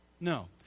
No